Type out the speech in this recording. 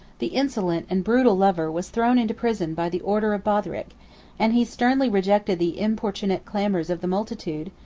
the insolent and brutal lover was thrown into prison by the order of botheric and he sternly rejected the importunate clamors of the multitude,